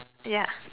ya